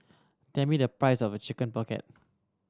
tell me the price of Chicken Pocket